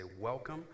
welcome